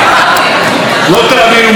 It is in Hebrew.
לא תאמינו מי זה היה.